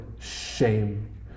shame